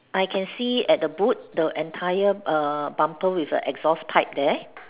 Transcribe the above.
I can see at the boot the entire err bumper with a exhaust pipe there